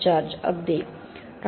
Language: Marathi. जॉर्ज अगदी डॉ